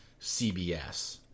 cbs